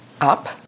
up